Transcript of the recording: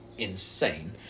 insane